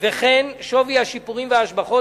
וכן שווי השיפורים וההשבחות,